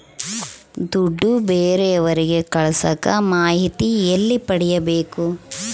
ದುಡ್ಡು ಬೇರೆಯವರಿಗೆ ಕಳಸಾಕ ಮಾಹಿತಿ ಎಲ್ಲಿ ಪಡೆಯಬೇಕು?